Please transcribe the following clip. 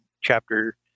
chapter